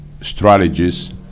strategies